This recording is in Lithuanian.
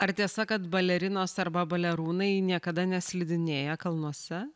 ar tiesa kad balerinos arba balerūnai niekada neslidinėja kalnuose